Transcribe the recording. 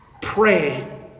Pray